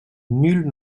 nul